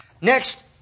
Next